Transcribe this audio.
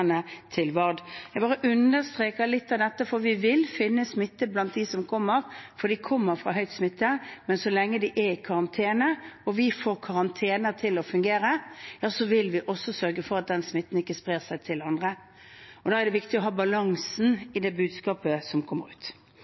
til Vard Langsten. Jeg understreker dette fordi vi vil finne smitte blant dem som kommer, for de kommer fra områder med høy smitte, men så lenge de er i karantene og vi får karantenen til å fungere, vil vi sørge for at den smitten ikke sprer seg til andre. Da er det viktig å ha en balanse i det budskapet som kommer ut.